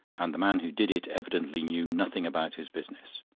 and the man who did it evidently knew nothing about his business.